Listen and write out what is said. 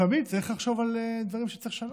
לפעמים צריך לחשוב על דברים שצריך לשנות.